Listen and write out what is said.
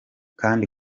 kandi